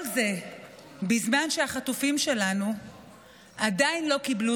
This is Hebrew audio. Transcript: כל זה בזמן שהחטופים שלנו עדיין לא קיבלו